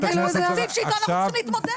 יש פה תקציב שאיתו אנחנו צריכים להתמודד.